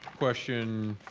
question,